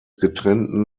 getrennten